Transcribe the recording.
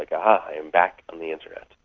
like i am back on the internet.